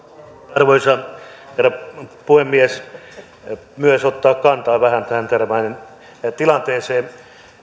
arvoisa herra puhemies haluan myös ottaa kantaa vähän tähän terrafamen tilanteeseen